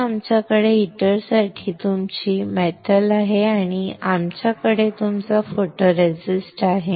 म्हणून आमच्याकडे हीटरसाठी तुमची धातू आहे आणि आमच्याकडे तुमचा फोटोरेसिस्ट आहे